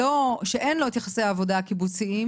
שאין לו את יחסי העבודה הקיבוציים,